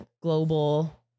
global